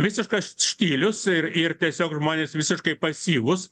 visiškas štilius ir ir tiesiog žmonės visiškai pasyvūs